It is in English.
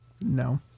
No